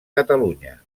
catalunya